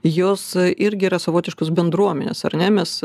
jos irgi yra savotiškos bendruomenės ar ne mes